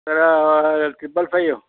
sir triple five